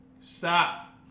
Stop